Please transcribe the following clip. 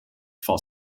for